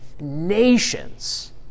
nations